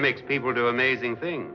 it makes people do amazing thing